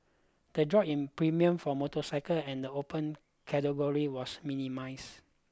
the drop in premiums for motorcycle and the Open Category was minimize